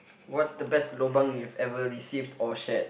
what's the best lobang you've ever received or shared